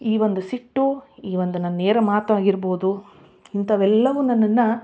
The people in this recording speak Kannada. ಈ ಒಂದು ಸಿಟ್ಟು ಈ ಒಂದು ನನ್ನ ನೇರ ಮಾತು ಆಗಿರ್ಬೋದು ಇಂಥಾವೆಲ್ಲವು ನನ್ನನ್ನ